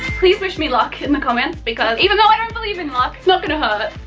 please wish me luck in the comments because even though i don't believe in luck, it's not gonna hurt,